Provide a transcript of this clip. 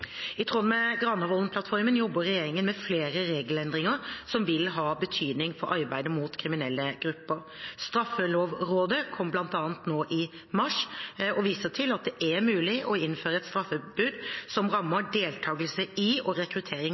I tråd med Granavolden-plattformen jobber regjeringen med flere regelendringer som vil ha betydning for arbeidet mot kriminelle grupper. Straffelovrådets utredning kom nå i mars og viser til at det er mulig å innføre et straffebud som rammer deltakelse i og rekruttering